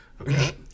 Okay